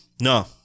No